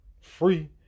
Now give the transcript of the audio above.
Free